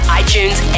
iTunes